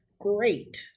great